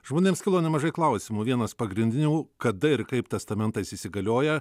žmonėms kilo nemažai klausimų vienas pagrindinių kada ir kaip testamentas įsigalioja